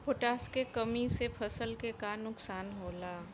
Potash के कमी से फसल के का नुकसान होला?